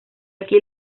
aquí